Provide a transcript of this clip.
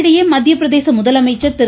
இதனிடையே மத்திய பிரதேச முதலமைச்சர் திரு